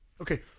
Okay